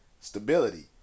Stability